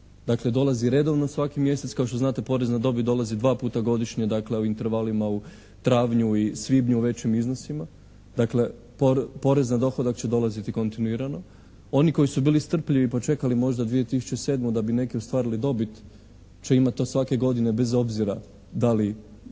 Dakle, dolazi redovno svaki mjesec. Kao što znate porez na dobit dolazi dva puta godišnje, dakle u intervalima u travnju i svibnju u većim iznosima. Dakle, porez na dohodak će dolaziti kontinuirano. Oni koji su bili strpljivi pa čekali možda 2007. da bi neki ostvarili dobit će imati to svake godine bez obzira da li